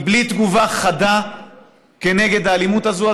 כי בלי תגובה חדה כנגד האלימות הזאת,